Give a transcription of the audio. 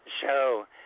show